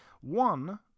One